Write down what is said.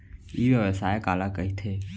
ई व्यवसाय काला कहिथे?